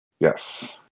Yes